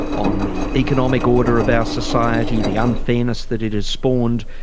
on the economic order of our society, the unfairness that it has spawned.